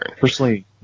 Personally